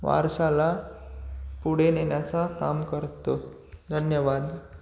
वारशाला पुढे नेण्याचा काम करतो धन्यवाद